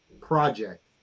project